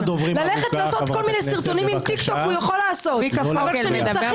ללכת לעשות כל מיני סרטונים עם טיק וטק הוא יכול לעשות אבל כשנרצחים,